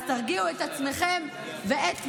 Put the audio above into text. אז תרגיעו את עצמכם ואת מפגיניכם.